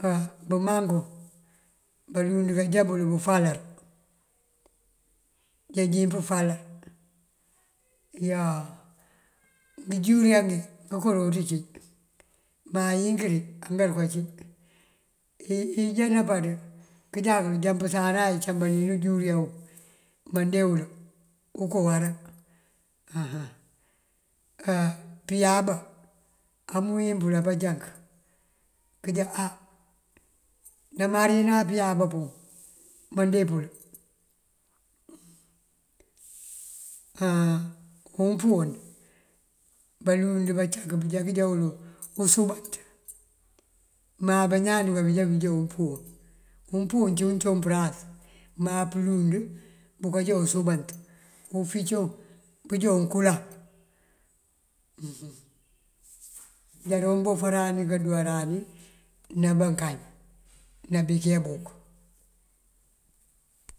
Á bëmankuŋ balund kajá kul bëfalar, jejin pëfalar yoo. Ngëjúriya ngí ngëko doon cí má yinkiri anga ruka cí. Ijá nampaţ këjá kul jampësana icambanina ujuriya wuŋ mandee wul uko wará aha. Pëyaba amënwín pul apajank këjá á ndamarina pëyaba puŋ mandee pul. Áa umpúun balund bacak bëjá këjá wul usumbanţ má bañaan duka bí já bëjá umpúun. Umpúun cí uncoŋ përáas má pëlund bukajá usumbanţ. Uficoŋ bëjá unkulan uhu njá doon bofarani kaduwarani ná bankañ ná biki abok.